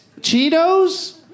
Cheetos